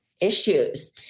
issues